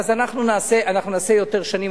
אז אנחנו נעשה יותר שנים.